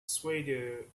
swayed